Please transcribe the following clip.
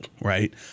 right